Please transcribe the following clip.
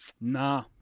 nah